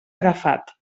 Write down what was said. agafat